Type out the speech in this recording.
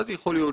יכול להיות,